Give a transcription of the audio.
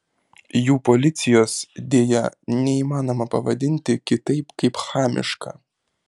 jų policijos deja neįmanoma pavadinti kitaip kaip chamiška